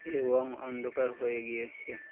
এবং অন্ধকার হয়ে গিয়েছে